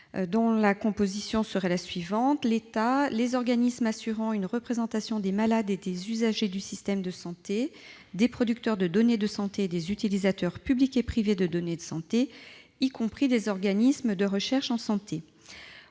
des données de santé »: l'État, les organismes assurant une représentation des malades et des usagers du système de santé, des producteurs de données de santé et des utilisateurs publics et privés de données de santé, y compris des organismes de recherche en santé.